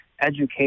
education